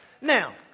now